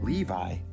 Levi